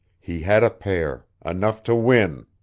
he had a pair, enough to win.